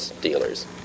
dealers